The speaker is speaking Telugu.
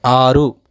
ఆరు